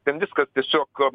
ten viskas tiesiog